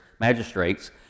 magistrates